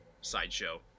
sideshow